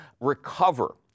recover